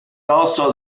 also